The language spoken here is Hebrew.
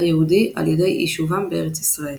היהודי על ידי יישובם בארץ ישראל.